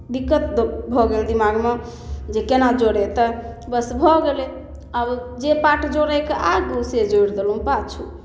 दिक्कत भऽ गेल दिमागमे जे कोना जोड़ेतै बस भऽ गेलै आब जे पार्ट जोड़ैके आगू से जोड़ि देलहुँ पाछू